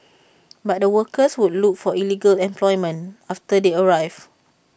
but the workers would look for illegal employment after they arrive